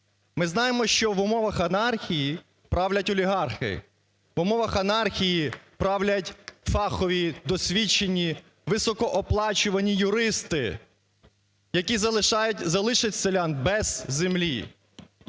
Ми знаємо, що в умовах анархії правлять олігархи. В умовах анархії правлять фахові, досвідчені, високооплачувані юристи, які залишать селян без землі.